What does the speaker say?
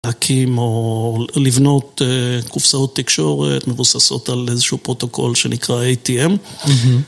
להקים או לבנות קופסאות תקשורת מבוססות על איזשהו פרוטוקול שנקרא ATM